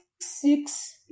six